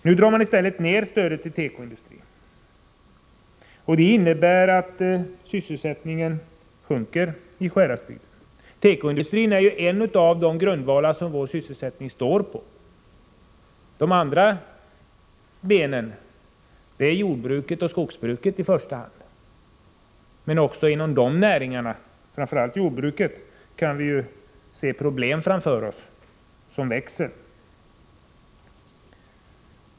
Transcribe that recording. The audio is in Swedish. Nu drar man alltså ner stödet till tekoindustrin. Detta innebär att sysselsättningen sjunker i Sjuhäradsbygden. Tekoindustrin är ju en av de grundvalar som sysselsättningen där står på. De andra benen så att säga utgörs av jordbruk och skogsbruk i första hand. Men också inom dessa näringar, framför allt inom jordbruket, kan vi se växande problem framför OSS.